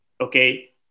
Okay